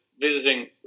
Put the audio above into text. visiting